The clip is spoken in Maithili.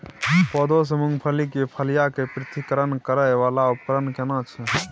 पौधों से मूंगफली की फलियां के पृथक्करण करय वाला उपकरण केना छै?